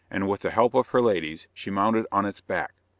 and with the help of her ladies, she mounted on its back.